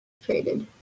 Traded